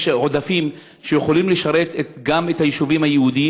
יש עודפים שיכולים לשרת גם את היישובים היהודיים